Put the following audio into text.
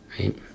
right